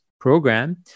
program